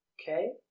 okay